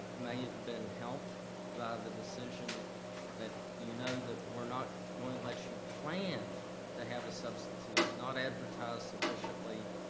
may have been helped by the decision that you know that we're not going to let you plan to have a substitute, not advertise sufficiently,